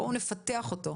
בואו נפתח אותו,